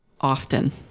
often